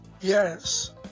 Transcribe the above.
Yes